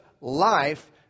life